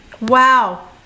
Wow